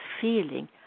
feeling